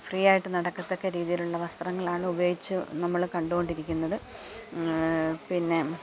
free ആയിട്ട് നടക്കത്തക്ക രീതിയിലുള്ള വസ്ത്രങ്ങളാണ് ഉപയോഗിച്ചു നമ്മൾ കണ്ടുകൊണ്ടിരിക്കുന്നത് പിന്നെ